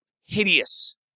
hideous